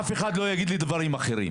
אף אחד לא יגיד לי דברים אחרים.